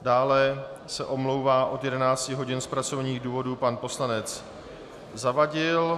Dále se omlouvá od 11 hodin z pracovních důvodů pan poslanec Zavadil.